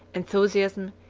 enthusiasm,